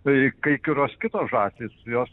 tai kai kurios kitos žąsys jos